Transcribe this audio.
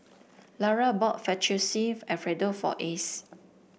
Lara bought Fettuccine Alfredo for Ace